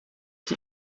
die